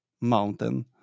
mountain